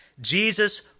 Jesus